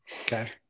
Okay